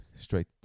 straight